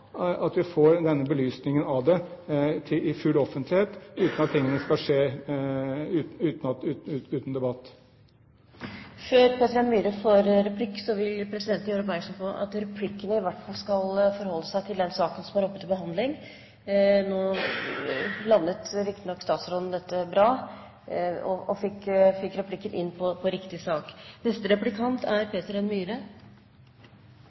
at vi får denne belysningen av det i full offentlighet, uten at tingene skal skje uten debatt? Før Peter N. Myhre får replikk, vil presidenten gjøre oppmerksom på at en i replikkene skal forholde seg til den saken som er oppe til behandling. Nå landet riktignok statsråden dette bra og fikk replikken inn på riktig sak. Ja, han er